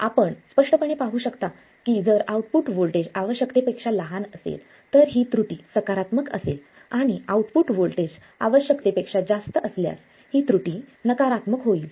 आपण स्पष्टपणे पाहू शकता की जर आउटपुट व्होल्टेज आवश्यकतेपेक्षा लहान असेल तर ही त्रुटी सकारात्मक असेल आणि आउटपुट व्होल्टेज आवश्यकतेपेक्षा जास्त असल्यास ही त्रुटी नकारात्मक होईल